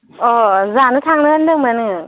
अ जानो थांनो होनदोंमोन